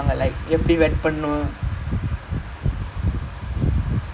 !oi! ஏன் இது அனுப்புனாங்க:yaen ithu annuppunaanga you asked for like how come they have given another one